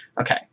Okay